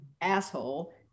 asshole